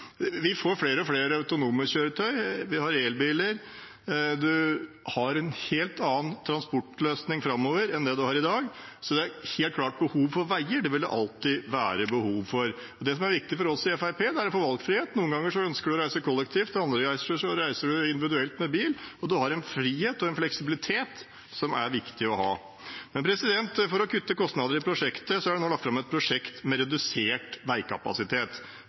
Vi får flere og flere autonome kjøretøy. Vi har elbiler, og en har en helt annen transportløsning framover enn det en har i dag. Så det er helt klart et behov for veier. Det vil det alltid være behov for. Det som er viktig for oss i Fremskrittspartiet, er å få valgfrihet. Noen ganger ønsker en å reise kollektivt, og andre ganger reiser en individuelt med bil. En har da en frihet og en fleksibilitet som er viktig å ha. For å kutte kostnader i prosjektet er det nå lagt fram et prosjekt med redusert veikapasitet.